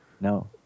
No